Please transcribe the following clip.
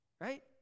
right